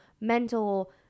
mental